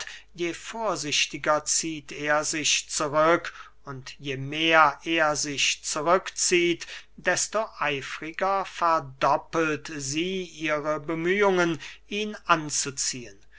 je vorsichtiger zieht er sich zurück und je mehr er sich zurückzieht desto eifriger verdoppelt sie ihre bemühungen ihn anzuziehen